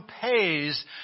pays